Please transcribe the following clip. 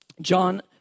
John